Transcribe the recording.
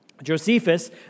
Josephus